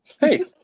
Hey